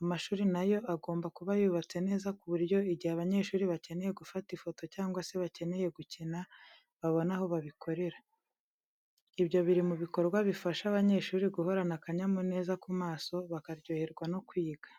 Amashuri na yo agomba kuba yubatse neza ku buryo igihe abanyeshuri bakeneye gufata ifoto cyangwa se bakeneye gukina, babona aho babikorera. Ibyo biri mu bikorwa bifasha abanyeshuri guhorana akanyamuneza ku maso bakaryoherwa no kwiga.